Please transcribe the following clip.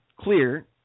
clear